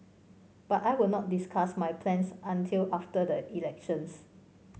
but I will not discuss my plans until after the elections